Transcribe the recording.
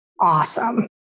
awesome